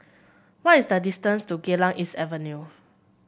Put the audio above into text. what is the distance to Geylang East Avenue